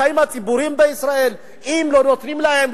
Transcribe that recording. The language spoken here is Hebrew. איך ידעו על החיים הציבוריים בישראל אם לא נותנים להם,